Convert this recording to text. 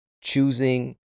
choosing